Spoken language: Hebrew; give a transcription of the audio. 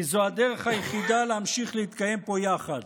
כי זו הדרך היחידה להמשיך להתקיים פה יחד.